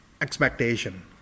expectation